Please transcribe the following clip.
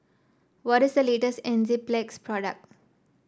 what is the latest Enzyplex product